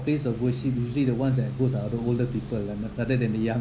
place of worship usually the ones that goes are the older people lah rather than the young